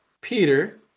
Peter